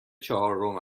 چهارم